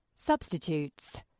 Substitutes